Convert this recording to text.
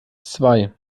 zwei